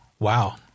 Wow